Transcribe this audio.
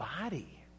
body